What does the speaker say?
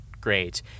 great